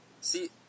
See